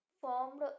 formed